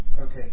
Okay